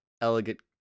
elegant